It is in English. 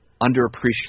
underappreciated